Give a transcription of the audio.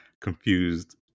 confused